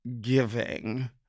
giving